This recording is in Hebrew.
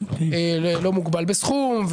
לא מוגבל בסכום.